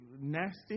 nasty